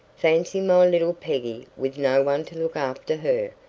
fancy my little peggy with no one to look after her.